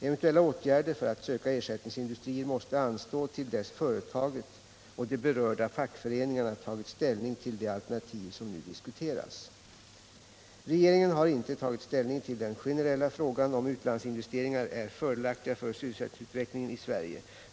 Eventuella åtgärder för att söka ersättningsindustrier måste anstå till dess företaget och de berörda fackföreningarna tagit ställning till de alternativ som nu diskuteras. Regeringen har inte tagit ställning vill den generella frågan om utlandsinvesteringar är fördelaktiga för sysselsättningsutvecklingen i Sverige.